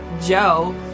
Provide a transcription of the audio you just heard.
Joe